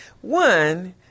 One